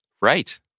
Right